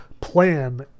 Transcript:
plan